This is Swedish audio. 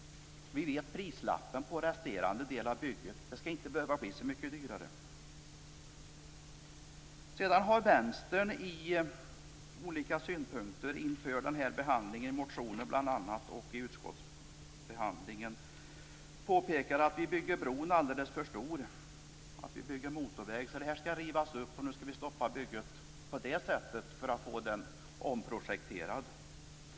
Vi vet prislappen på den resterande delen av bygget. Det skall inte behöva bli så mycket dyrare. Vänstern har olika synpunkter i ärendet, bl.a. i motioner och vid utskottsbehandlingen. Vi bygger bron alldeles för stor, och vi bygger motorväg. Detta skall rivas upp. Man skall stoppa bygget och få bron omprojekterad.